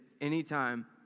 anytime